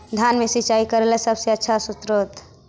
धान मे सिंचाई करे ला सबसे आछा स्त्रोत्र?